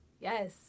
Yes